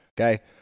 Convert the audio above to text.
Okay